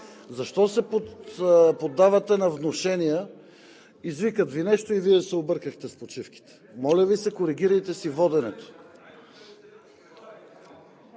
Защо се поддавате на внушения? Извикат Ви нещо и Вие се объркахте с почивките. Моля Ви се, коригирайте си воденето!